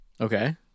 Okay